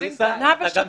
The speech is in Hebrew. בינתיים, בינתיים.